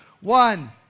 One